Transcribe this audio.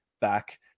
back